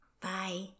Bye